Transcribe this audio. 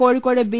Kozhikode B